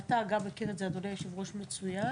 גם אתה, אדוני היושב-ראש, מכיר את זה מצוין